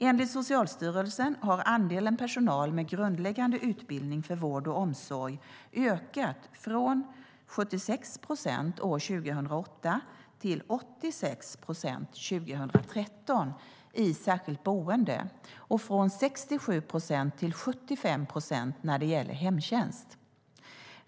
Enligt Socialstyrelsen har andelen personal med grundläggande utbildning för vård och omsorg ökat från 76 procent år 2008 till 86 procent 2013 i särskilt boende och från 67 procent till 75 procent när det gäller hemtjänst.